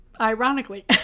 ironically